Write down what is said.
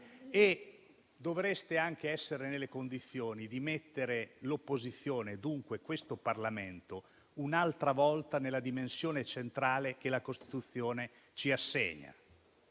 e dovreste anche essere nelle condizioni di mettere l'opposizione, dunque questo Parlamento, un'altra volta nella dimensione centrale che la Costituzione gli assegna.